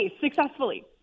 successfully